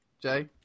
jay